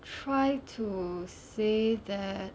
try to say that